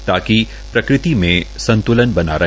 ताकि प्रकृति में संत्ल बना रहे